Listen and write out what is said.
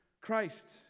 Christ